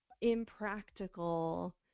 impractical